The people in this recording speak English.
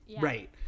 right